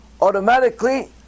automatically